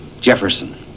Jefferson